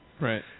Right